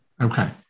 Okay